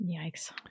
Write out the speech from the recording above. Yikes